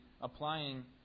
applying